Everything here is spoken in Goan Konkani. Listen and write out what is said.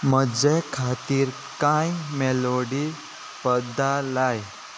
म्हजे खातीर कांय मेलोडी पदां लाय